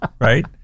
right